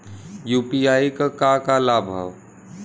UPI क का का लाभ हव?